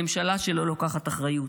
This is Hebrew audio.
הממשלה לא לוקחת אחריות.